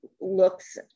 looks